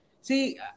See